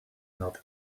not